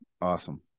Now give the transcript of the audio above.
Awesome